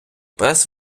пес